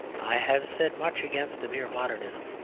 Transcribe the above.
i have said much against a mere modernism.